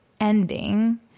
ending